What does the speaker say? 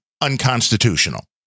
unconstitutional